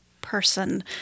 person